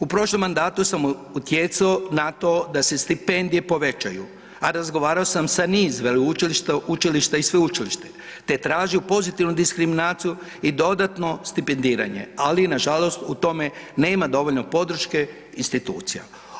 U prošlom mandatu sam utjecao na to da se stipendije povećaju, a razgovarao sam sa niz veleučilišta, učilišta i sveučilišta, te tražio pozitivnu diskriminaciju i dodatno stipendiranje, ali nažalost u tome nema dovoljno podrške institucija.